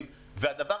הנושא האחרון